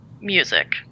music